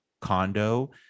condo